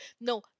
No